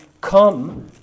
come